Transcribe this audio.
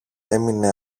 έμεινε